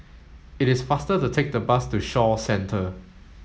it is faster to take the bus to Shaw Centre